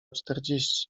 czterdzieści